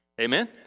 Amen